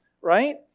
right